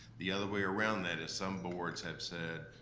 the other way around that is, some boards have said,